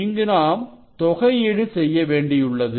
இங்கு நாம் தொகையீடு செய்யவேண்டியுள்ளது